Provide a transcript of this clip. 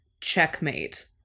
checkmate